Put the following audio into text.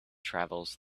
travels